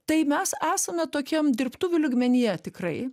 tai mes esame tokiam dirbtuvių lygmenyje tikrai